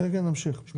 "86.